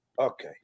Okay